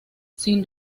sin